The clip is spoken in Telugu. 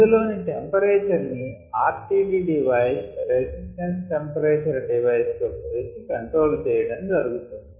ఇందు లోని టెంపరేచర్ ని RTD device resistance temperature device తో కొలిచి కంట్రోల్ చేయడం జరుగుతుంది